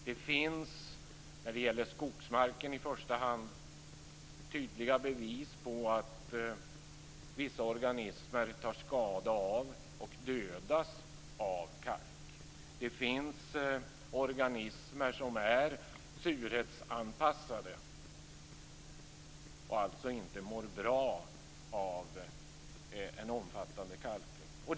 Det finns, i första hand när det gäller skogsmarken, tydliga bevis på att vissa organismer tar skada av, och dödas av, kalk. Det finns organismer som är surhetsanpassade och alltså inte mår bra av en omfattande kalkning.